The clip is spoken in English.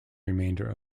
remainder